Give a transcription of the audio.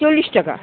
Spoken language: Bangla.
চল্লিশ টাকা